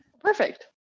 Perfect